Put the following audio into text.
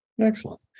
Excellent